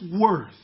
worth